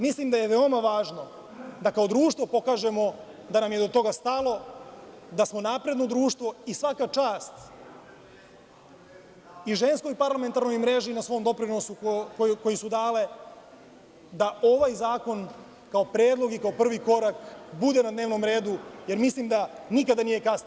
Mislim da je veoma važno da kao društvo pokažemo da nam je do toga stalo, da smo napredno društvo i svaka čast i Ženskoj parlamentarnoj mreži na svom doprinosu koji su dale da ovaj zakon, kao predlog i kao prvi korak bude na dnevnom redu, jer mislim da nikada nije kasno.